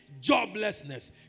joblessness